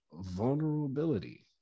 vulnerability